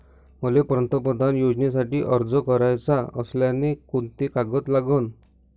मले पंतप्रधान योजनेसाठी अर्ज कराचा असल्याने कोंते कागद लागन?